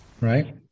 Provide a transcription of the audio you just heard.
Right